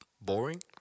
boring